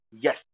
Yes